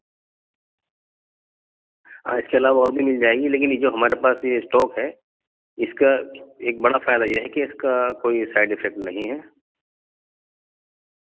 ہاں اس کے علاوہ اور بھی مل جائے گی لیکن جو ہمارے پاس یہ اسٹوک ہے اس کا ایک بڑا فائدہ یہ ہے کہ اس کا کوئی سائڈ افیکٹ نہیں ہے